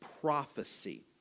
prophecy